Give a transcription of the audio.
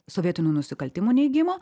sovietinių nusikaltimų neigimo